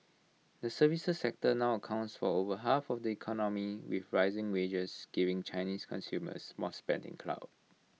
the services sector now accounts for over half of the economy with rising wages giving Chinese consumers more spending clout